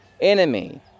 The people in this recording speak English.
enemy